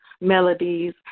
melodies